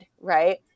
Right